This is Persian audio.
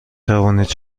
توانید